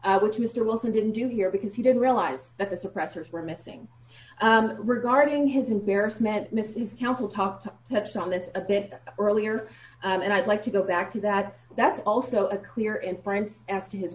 which mr wilson didn't do here because he didn't realize that the suppressors were missing regarding his embarrassment mrs council talked touched on this a bit earlier and i'd like to go back to that that's also a clear in france after his